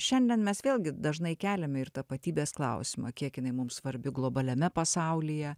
šiandien mes vėlgi dažnai keliam ir tapatybės klausimą kiek jinai mums svarbi globaliame pasaulyje